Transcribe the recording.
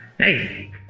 Hey